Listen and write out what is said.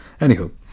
Anywho